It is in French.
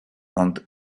and